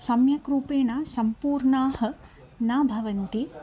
सम्यक् रूपेण सम्पूर्णाः न भवन्ति